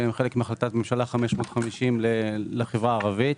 שהם חלק מהחלטת ממשלה 550 לחברה הערבית,